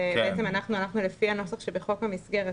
אנחנו הלכנו לפי הנוסח שבחוק המסגרת,